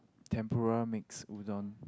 tempura mix udon